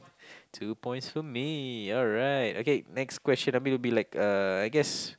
two points for me alright okay next question I will be like uh I guess